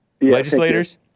Legislators